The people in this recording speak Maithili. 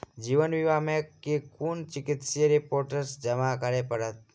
जीवन बीमा मे केँ कुन चिकित्सीय रिपोर्टस जमा करै पड़त?